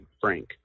Frank